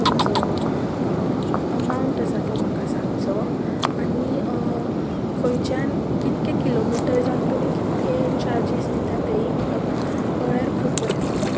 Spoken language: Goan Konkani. तुमचो अमावंट आसा तो म्हाका सांगचो आनी खंयच्यान कितले किलोमीटर्साक तुमी कितले चार्जीस दितात तेयी म्हाका कळ्ळ्यार खूब बरें जातलें